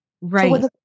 Right